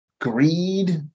greed